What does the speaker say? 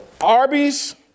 Arby's